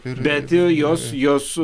bet jos jos